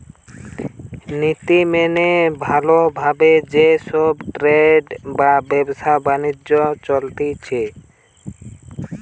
নীতি মেনে ভালো ভাবে যে সব ট্রেড বা ব্যবসা বাণিজ্য চলতিছে